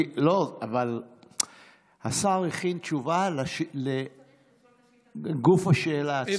אבל השר הכין תשובה על גוף השאלה עצמה.